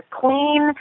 clean